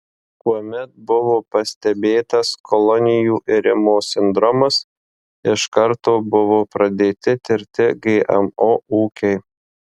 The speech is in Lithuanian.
kuomet buvo pastebėtas kolonijų irimo sindromas iš karto buvo pradėti tirti gmo ūkiai